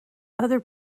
other